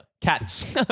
Cats